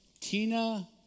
Tina